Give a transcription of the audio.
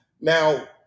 Now